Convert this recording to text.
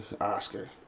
Oscar